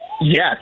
Yes